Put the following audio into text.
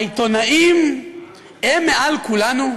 העיתונאים הם מעל כולנו?